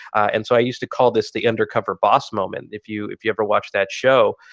and so i used to call this the undercover boss moment, if you if you ever watch that show,